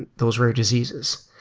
and those rare diseases.